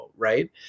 right